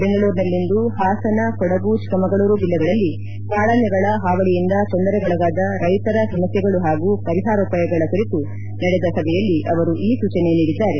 ಬೆಂಗಳೂರಿನಲ್ಲಿಂದು ಹಾಸನ ಕೊಡಗು ಚಿಕ್ಕಮಗಳೂರು ಜಿಲ್ಲೆಗಳಲ್ಲಿ ಕಾಡಾನೆಗಳ ಹಾವಳಿಯಿಂದ ತೊಂದರೆಗೊಳಗಾದ ರೈತರ ಸಮಸೈಗಳು ಹಾಗೂ ಪರಿಹಾರೋಪಾಯಗಳ ಕುರಿತು ನಡೆದ ಸಭೆಯಲ್ಲಿ ಅವರು ಈ ಸೂಚನೆ ನೀಡಿದ್ದಾರೆ